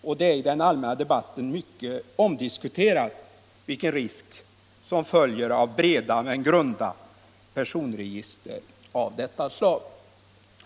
I den allmänna debatten är det mycket omdiskuterat vilka risker som följer med breda men grunda personregister av detta slag.